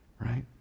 right